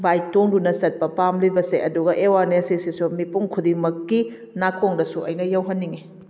bike ꯇꯣꯡꯗꯨꯅ ꯆꯠꯄ ꯄꯥꯝꯂꯤꯕꯁꯦ ꯑꯗꯨꯒ ꯑꯦꯋꯥꯔꯅꯦꯁ ꯁꯤ ꯁꯤꯁꯨ ꯃꯤꯄꯨꯝ ꯈꯨꯗꯤꯡꯃꯛꯀꯤ ꯅꯥꯀꯣꯡꯗꯁꯨ ꯑꯩꯅ ꯌꯧꯍꯟꯅꯤꯡꯉꯦ